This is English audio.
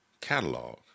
catalog